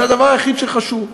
זה הדבר היחיד שחשוב.